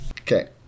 Okay